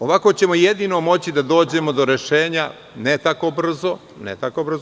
Ovako ćemo jedino moći da dođemo do rešenja, ali ne tako brzo.